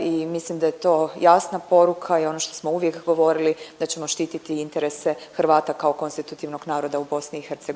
i mislim da je to jasna poruka i ono što smo uvijek govorili, da ćemo štititi interese Hrvata kao konstitutivnog naroda u BiH i da je